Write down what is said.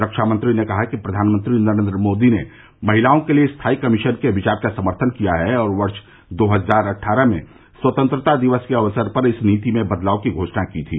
रक्षामंत्री ने कहा कि प्रधानमंत्री नरेंद्र मोदी ने महिलाओं के लिए स्थायी कमीशन के विचार का समर्थन किया है और वर्ष दो हजार अट्ठारह में स्वतंत्रता दिवस के अवसर पर इस नीति में बदलाव की घोषणा की थी